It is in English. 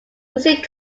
music